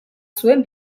zuen